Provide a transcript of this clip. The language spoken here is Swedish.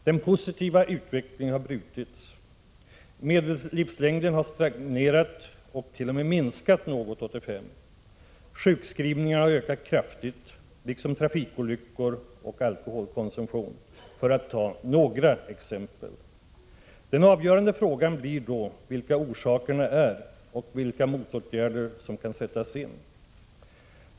Den positiva utvecklingen har brutits. Medellivslängden har stagnerat och t.o.m. minskat något 1985. Sjukskrivningarna har ökat kraftigt liksom trafikolyckor och alkoholkonsumtion, för att ta några exempel. Den avgörande frågan blir då vilka orsakerna är och vilka motåtgärder som kan sättas in.